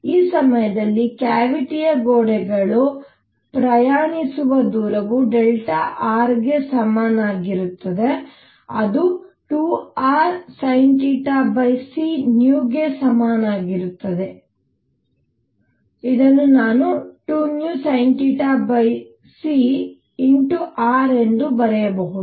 ಆದ್ದರಿಂದ ಈ ಸಮಯದಲ್ಲಿ ಕ್ಯಾವಿಟಿಯ ಗೋಡೆಗಳು ಪ್ರಯಾಣಿಸುವ ದೂರವು r ಗೆ ಸಮನಾಗಿರುತ್ತದೆ ಅದು 2rsinθcvಗೆ ಸಮಾನವಾಗಿರುತ್ತದೆ ಇದನ್ನು ನಾನು2vsinθcr ಎಂದು ಬರೆಯಬಹುದು